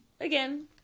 Again